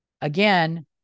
again